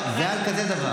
לא, זה על כזה דבר.